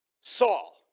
Saul